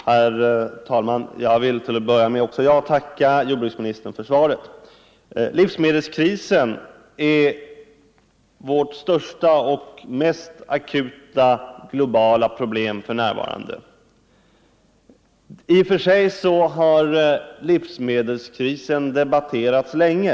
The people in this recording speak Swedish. Herr talman! Också jag vill till att börja med tacka jordbruksministern för svaret. Livsmedelskrisen är vårt största och mest akuta globala problem för närvarande. I och för sig har livsmedelskrisen debatterats länge.